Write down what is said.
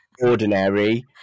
ordinary